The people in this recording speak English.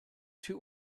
two